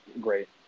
great